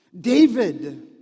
David